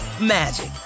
magic